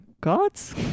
gods